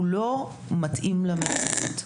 הוא לא מתאים למציאות.